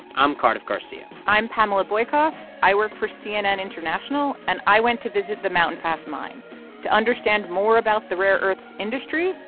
i'm cardiff garcia i'm pamela boykoff. i work for cnn international. and i went to visit the mountain pass mine to understand more about the rare earths industry,